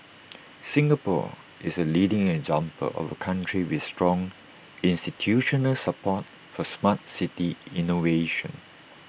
Singapore is A leading example of A country with strong institutional support for Smart City innovation